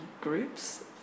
groups